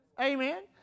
Amen